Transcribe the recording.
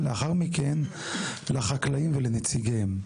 ולאחר מכן לחקלאים ולנציגיהם.